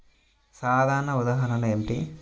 సాధనాల ఉదాహరణలు ఏమిటీ?